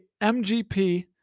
MGP